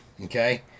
Okay